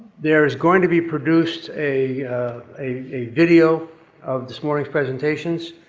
there is going to be produced a a video of this morning's presentations,